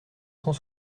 cent